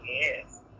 Yes